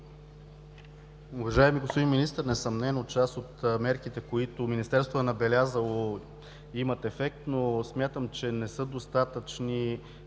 Уважаеми господин Министър, несъмнено част от мерките, които Министерството е набелязало, имат ефект, но смятам, че не са достатъчни